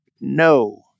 no